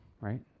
Right